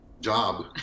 Job